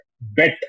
bet